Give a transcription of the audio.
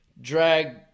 drag